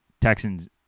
Texans